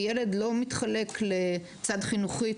כי ילד לא מתחלק לצד חינוכי,